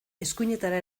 eskuinetara